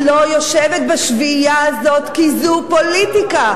את לא יושבת בשביעייה הזאת כי זו פוליטיקה.